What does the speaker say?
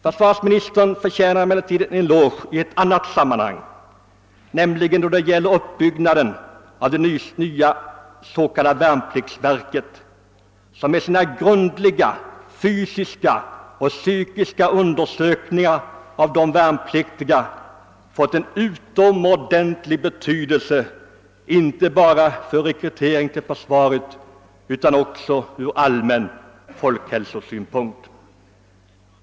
Försvarsministern förtjänar emellertid en eloge i ett annat sammanhang, nämligen för uppbyggnaden av det nya s.k. värnpliktsverket, som med sina grundliga fysiska och psykiska undersökningar av de värnpliktiga fått en utomordentlig betydelse inte bara för rekryteringen till försvaret utan också ur allmän folkhälsosynpunkt.